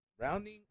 rounding